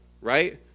right